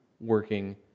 working